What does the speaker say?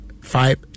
five